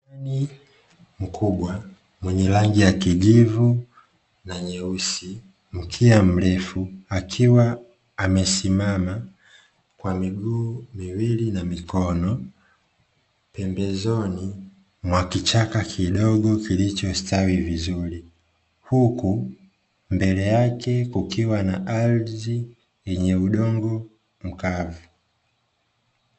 Nyani mkubwa, mwenye rangi ya kijivu na nyeusi, mkia mrefu, akiwa amesimama kwa miguu miwili na mikono pembezoni mwa kichaka kidogo kilichostawi vizuri. Huku mbele yake, kukiwa na ardhi yenye udongo mkavu.